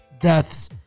deaths